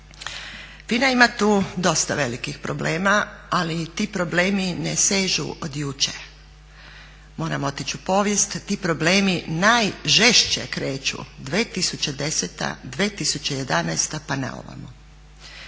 FINA ima tu dosta velikih problema, ali ti problemi ne sežu od jučer. Moram otići u povijest. Ti problem najžešće kreću 2010., 2011. pa na ovamo.